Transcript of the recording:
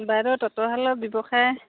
বাইদেউ তাঁতৰ শালৰ ব্যৱসায়